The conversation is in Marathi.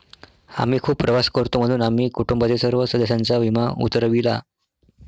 आम्ही खूप प्रवास करतो म्हणून आम्ही कुटुंबातील सर्व सदस्यांचा विमा उतरविला